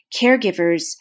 caregivers